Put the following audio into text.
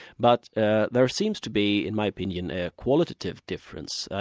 but ah there seems to be in my opinion, a qualitative difference.